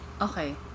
okay